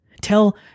Tell